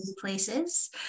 places